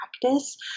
practice